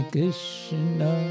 Krishna